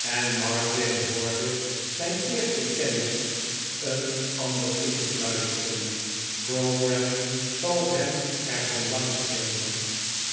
en martin hoorde zijn eersten kennis een ander influisteren pogram zal hem er van langs geven